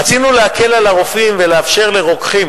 רצינו להקל על הרופאים ולאפשר לרוקחים